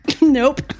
Nope